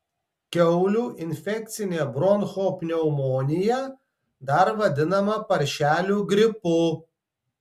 kiaulių infekcinė bronchopneumonija dar vadinama paršelių gripu